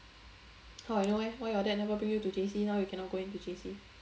how I know eh why your dad never bring you to J_C now you cannot go in to J_C